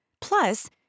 Plus